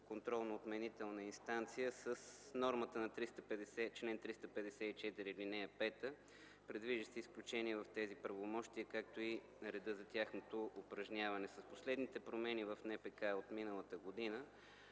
контролно отменителна инстанция с нормата на чл. 354, ал. 5, предвиждащи изключение от тези правомощия, както и реда за тяхното упражняване. С последните промени в НПК от миналата година